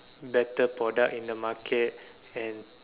better product in the market and